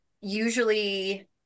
Usually